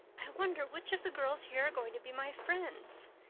i wonder which of the girls here are going to be my friends.